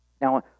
Now